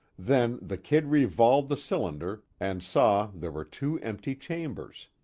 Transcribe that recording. then the kid revolved the cylinder and saw there were two empty chambers.